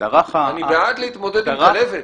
-- אני בעד להתמודד עם כלבת.